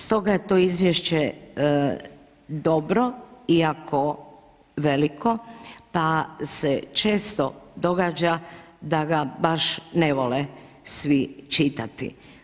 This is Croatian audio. Stoga je to izvješće dobro, iako veliko, pa se često događa da ga baš ne vole svi čitati.